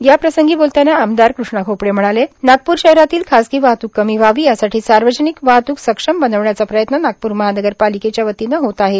याप्रसंगी बोलताना आमदार कृष्णा खोपडे म्हणाले नागपूर शहरातील खासगी वाहतूक कमी व्हावी यासाठी सार्वजनिक वाहतूक सक्षम बनविण्याचा प्रयत्न नागपूर महानगरपालिकेच्या वतीने होत आहे